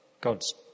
God's